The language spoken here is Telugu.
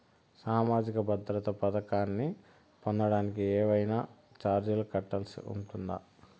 సామాజిక భద్రత పథకాన్ని పొందడానికి ఏవైనా చార్జీలు కట్టాల్సి ఉంటుందా?